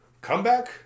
comeback